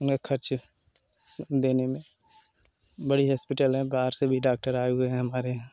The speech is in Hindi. हमें खर्च देने में देने में बड़ी हॉस्पिटल है बाहर से भी डॉक्टर आए हुए हैं हमारे यहाँ